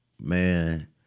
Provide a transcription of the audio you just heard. man